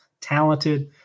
talented